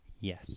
yes